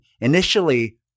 initially